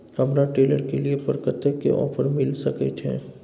हमरा ट्रेलर के लिए पर कतेक के ऑफर मिलय सके छै?